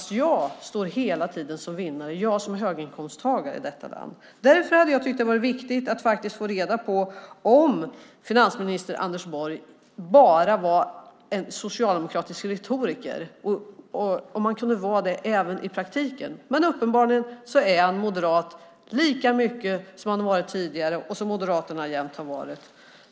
Men jag som höginkomsttagare i detta land står hela tiden som vinnare. Därför hade jag tyckt att det varit viktigt att få reda på om finansminister Anders Borg bara var en socialdemokratisk retoriker eller om han kunde vara socialdemokrat även i praktiken. Men uppenbarligen är han moderat lika mycket som han har varit tidigare och som Moderaterna jämt har varit.